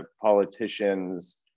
politicians